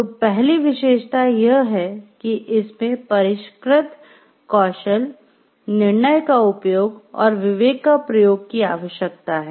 तो पहली विशेषता यह है कि इसमें परिष्कृत कौशल निर्णय का उपयोग और विवेक का प्रयोग की आवश्यकता है